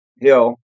hill